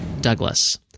Douglas